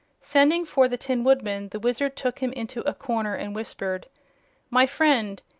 sending for the tin woodman the wizard took him into a corner and whispered my friend,